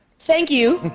thank you,